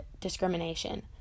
discrimination